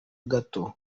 gato